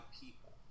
people